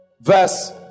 Verse